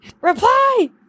Reply